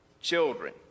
children